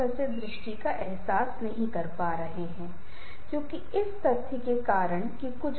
और फिर मैं यह समझाने जा रहा हूं कि संबंध कैसे बनाएं